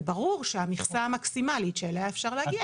וברור שהמכסה המקסימלית שעליה אפשר להגיע